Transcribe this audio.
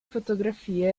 fotografie